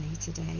today